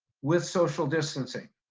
with social distancing,